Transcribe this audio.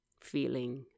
Feeling